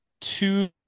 two